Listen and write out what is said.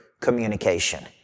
communication